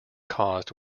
caused